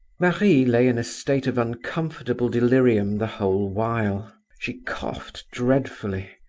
marie lay in a state of uncomfortable delirium the whole while she coughed dreadfully.